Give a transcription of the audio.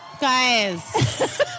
Guys